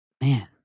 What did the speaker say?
Man